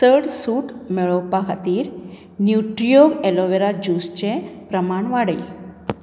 चड सूट मेळोवपा खातीर न्युट्रिऑग एलोवेरा ज्यूस चें प्रमाण वाडय